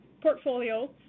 portfolio